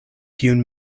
kiun